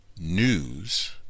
news